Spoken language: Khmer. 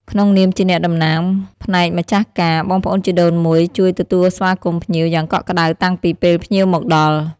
ក្នុងនាមជាអ្នកតំណាងផ្នែកម្ចាស់ការ បងប្អូនជីដូនមួយជួយ ទទួលស្វាគមន៍ភ្ញៀវ យ៉ាងកក់ក្តៅតាំងពីពេលភ្ញៀវមកដល់។